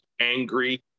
angry